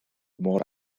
mor